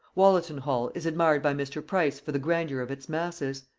wollaton-hall is admired by mr. price for the grandeur of its masses.